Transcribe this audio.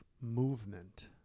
movement